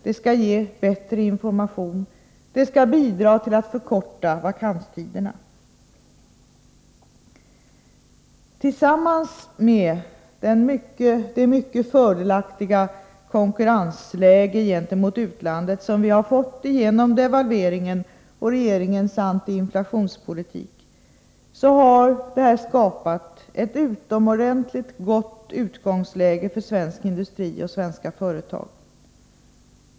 Det skall ge bättre information och bidra till att förkorta vakanstiderna. Tillsammans med det mycket fördelaktiga konkurrensläge gentemot utlandet som vi har fått genom devalveringen och regeringens antiinflationspolitik har detta skapat ett utomordentligt gott utgångsläge för svensk industri och svenska företag.